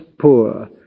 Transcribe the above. poor